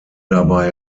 dabei